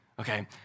okay